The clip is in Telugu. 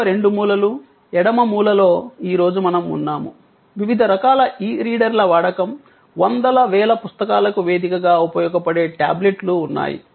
దిగువ రెండు మూలలు ఎడమ మూలలో ఈ రోజు మనం ఉన్నాము వివిధ రకాల ఇ రీడర్ల వాడకం వందల వేల పుస్తకాలకు వేదికగా ఉపయోగపడే టాబ్లెట్లు ఉన్నాయి